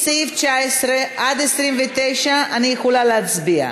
מסעיף 19 עד 29 אני יכולה להצביע.